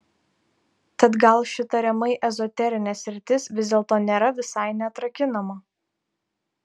tad gal ši tariamai ezoterinė sritis vis dėlto nėra visai neatrakinama